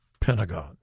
Pentagon